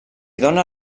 dóna